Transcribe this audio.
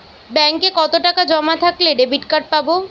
ব্যাঙ্কে কতটাকা জমা থাকলে ডেবিটকার্ড পাব?